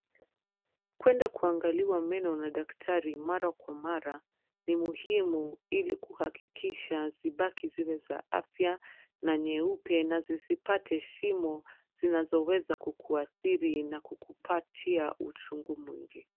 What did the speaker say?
Kwenda kuangaliwa meno na daktari mara kwa mara ni muhimu ili kuhakikisha zibaki ziwe za afya na nyeupe na zisipate shimo zonazoweza kukuathiri na kukupatia uchungu mwingi.